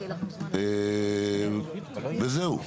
וזהו.